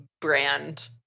brand